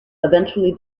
eventually